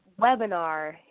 webinar